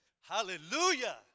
Hallelujah